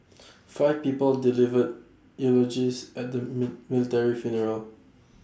five people delivered eulogies at the mi military funeral